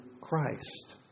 Christ